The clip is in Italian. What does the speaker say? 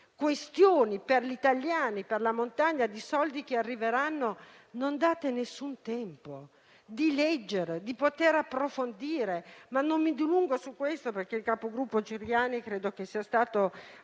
questioni per gli italiani, per la montagna di soldi che arriveranno, voi non date nessun tempo di leggere e di approfondire. Ma non mi dilungo su questo, perché il capogruppo Ciriani è stato